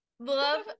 love